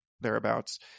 thereabouts